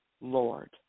Lord